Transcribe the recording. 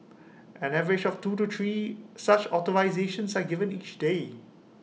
an average of two to three such authorisations are given each day